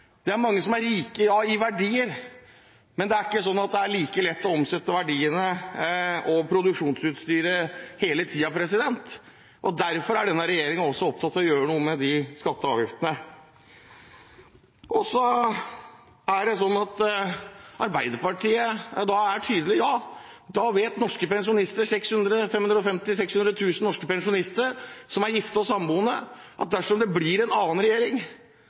Det er mange som er rike i verdier, men det er ikke sånn at det er like lett å omsette verdiene og produksjonsutstyret hele tiden. Derfor er denne regjeringen også opptatt av å gjøre noe med skatter og avgifter. Fra Arbeiderpartiet er det et tydelig ja. Da vet ca. 550 000–600 000 gifte og samboende norske pensjonister at dersom det blir en annen regjering,